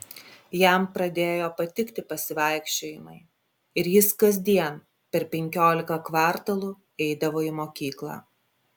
jam pradėjo patikti pasivaikščiojimai ir jis kasdien per penkiolika kvartalų eidavo į mokyklą